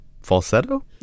falsetto